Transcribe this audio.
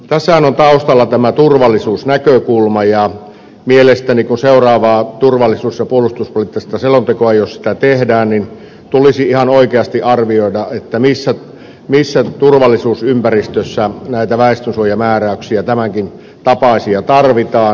tässähän on taustalla turvallisuusnäkökulma ja mielestäni jos ja kun seuraavaa turvallisuus ja puolustuspoliittista selontekoa tehdään tulisi ihan oikeasti arvioida missä turvallisuusympäristössä tämänkin tapaisia väestönsuojamääräyksiä tarvitaan